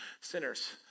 sinners